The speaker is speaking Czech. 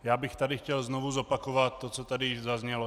Já bych tady chtěl znovu zopakovat to, co tady již zaznělo.